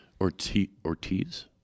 Ortiz